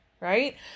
right